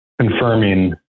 confirming